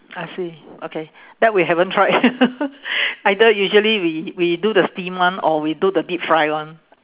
I see okay that we haven't tried either usually we we do the steam one or we do the deep fry one